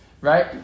right